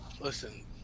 Listen